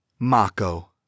Mako